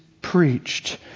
preached